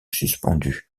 suspendu